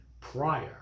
prior